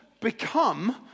become